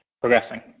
progressing